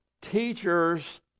teachers